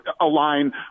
align